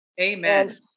Amen